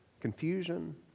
Confusion